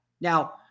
Now